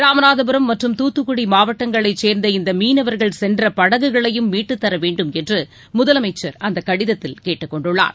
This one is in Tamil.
ராமநாதபுரம் மற்றும் தூத்துக்குடி மாவட்டங்களைச் சேர்ந்த இந்த மீனவர்கள் சென்ற படகுகளையும் மீட்டுத் தர வேண்டும் என்று முதலமைச்சர் அந்தக் கடிதத்தில் கேட்டுக் கொண்டுள்ளார்